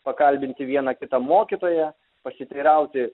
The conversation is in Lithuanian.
pakalbinti vieną kitą mokytoją pasiteirauti